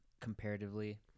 comparatively